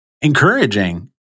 encouraging